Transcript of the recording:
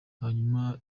hanyuma